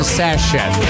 session